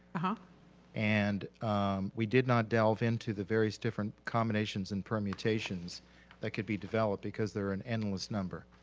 ah and we did not delve into the various different combinations and permutations that could be developed because they're an endless number.